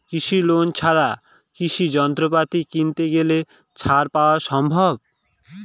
কৃষি লোন ছাড়া কৃষি যন্ত্রপাতি কিনতে গেলে ছাড় পাওয়া সম্ভব?